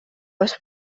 was